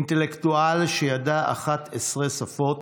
אינטלקטואל שידע 11 שפות